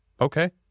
okay